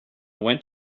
went